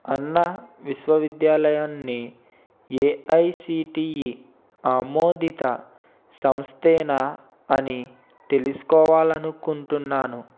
అన్నా విశ్వవిద్యాలయంని ఎఐసిటిఇ ఆమోదిత సంస్థేనా అని తెలుసుకోవాలనుకున్నాను